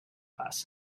class